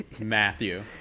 Matthew